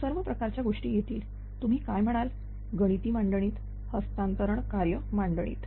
तर सर्व प्रकारच्या गोष्टी येतील तुम्ही काय म्हणाल गणिती मांडणीतहस्तांतरण कार्य मांडणीत